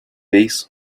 bass